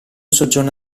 soggiorno